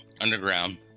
underground